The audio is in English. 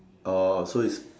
orh so is